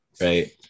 right